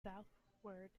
southwards